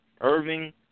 Irving